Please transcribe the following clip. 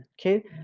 Okay